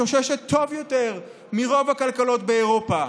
ואני מצטט: הכלכלה שלנו מתאוששת טוב יותר מרוב הכלכלות באירופה.